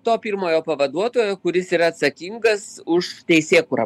to pirmojo pavaduotojo kuris yra atsakingas už teisėkūrą